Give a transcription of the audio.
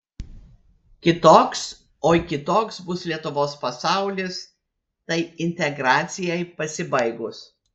kitoks oi kitoks bus lietuvos pasaulis tai integracijai pasibaigus